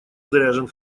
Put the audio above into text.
заряжен